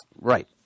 Right